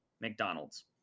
mcdonald's